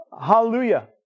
Hallelujah